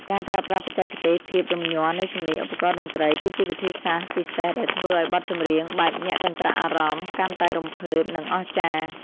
ការប្រើប្រាស់បច្ចេកទេសភាពរំញ័រនៃសំឡេងឧបករណ៍តន្ត្រីគឺជាវិធីសាស្ត្រពិសេសដែលធ្វើឱ្យបទចម្រៀងបែបញាក់កន្ត្រាក់អារម្មណ៍កាន់តែរំភើប និង អស្ចារ្យ។